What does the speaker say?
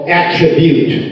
attribute